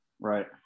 Right